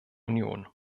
union